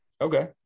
Okay